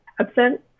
absent